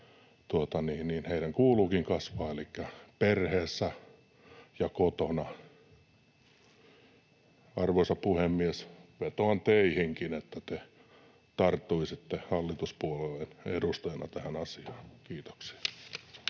missä heidän kuuluukin kasvaa, elikkä perheessä ja kotona. Arvoisa puhemies! Vetoan teihinkin, että te tarttuisitte hallituspuolueen edustajana tähän asiaan. — Kiitoksia.